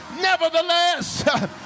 nevertheless